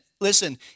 listen